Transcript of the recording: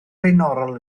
flaenorol